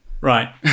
Right